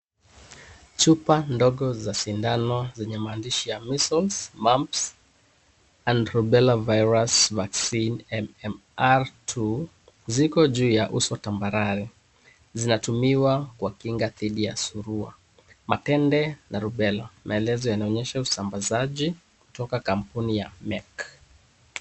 Chupa ndogo za sindano zenye maandishi ya Measles, Mumps and Rubella Virus Vaccine MMR-II ziko juu ya uso tambarare. zinatumiwa kwa kinga dhidi ya surua, matende na Rubella. Maelezo yanaonyesha usambazaji kutoka kampuni ya Merck.